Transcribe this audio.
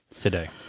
today